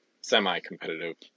semi-competitive